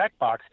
checkbox